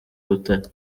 butare